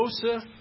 Joseph